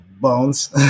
bones